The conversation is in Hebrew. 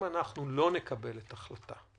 שאם אנחנו לא נקבל את ההחלטה